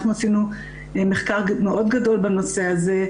אנחנו עשינו מחקר מאוד גדול בנושא הזה,